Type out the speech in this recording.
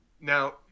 Now